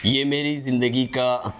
یہ میری زندگی کا